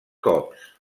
cops